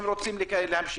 אם רוצים להמשיך,